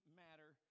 matter